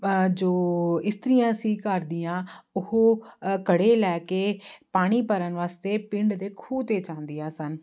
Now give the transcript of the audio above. ਜੋ ਇਸਤਰੀਆ ਸੀ ਘਰ ਦੀਆਂ ਉਹ ਘੜੇ ਲੈ ਕੇ ਪਾਣੀ ਭਰਨ ਵਾਸਤੇ ਪਿੰਡ ਦੇ ਖੂਹ 'ਤੇ ਜਾਂਦੀਆਂ ਸਨ